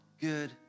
good